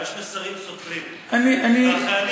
יש מסרים סותרים, זו הטענה.